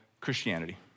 Christianity